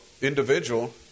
individual